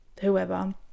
whoever